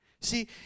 See